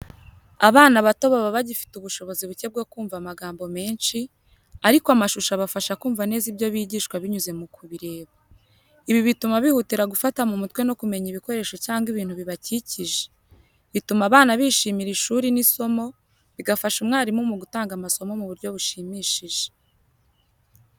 Abana bato baba bagifite ubushobozi buke bwo kumva amagambo menshi, ariko amashusho abafasha kumva neza ibyo bigishwa binyuze mu kubireba. Ibi bituma bihutira gufata mu mutwe no kumenya ibikoresho cyangwa ibintu bibakikije. Bituma abana bishimira ishuri n’isomo, bigafasha umwarimu gutanga amasomo mu buryo bushimishije.